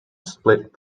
split